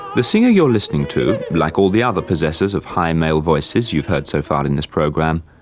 the singer you're listening to, like all the other possessors of high male voices you've heard so far in this program,